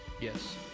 Yes